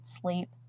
sleep